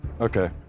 okay